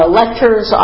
lectures